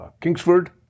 Kingsford